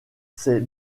ses